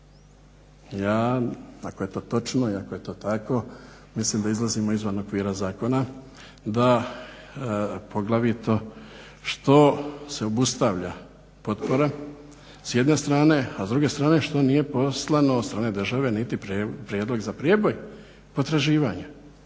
Ja, ako je to točno i ako je to tako, mislim da izlazimo izvan okvira zakona, da poglavito što se obustavlja potpora s jedne strane, a s druge strane što nije poslano od strane države niti prijedlog za prijeboj potraživanja.